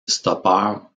stoppeur